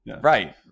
right